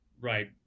Right